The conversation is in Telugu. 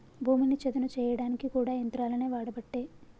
భూమిని చదును చేయడానికి కూడా యంత్రాలనే వాడబట్టే